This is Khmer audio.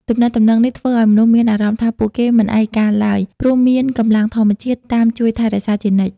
ទំនាក់ទំនងនេះធ្វើឱ្យមនុស្សមានអារម្មណ៍ថាពួកគេមិនឯកោឡើយ ព្រោះមាន "កម្លាំងធម្មជាតិ" តាមជួយថែរក្សាជានិច្ច។